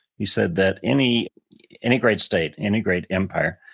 he said that any any great state, any great empire,